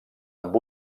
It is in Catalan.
amb